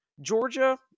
Georgia